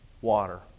water